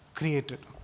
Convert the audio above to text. created